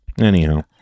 Anyhow